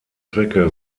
zwecke